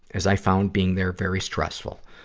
as i found being there very stressful.